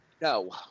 No